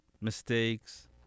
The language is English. mistakes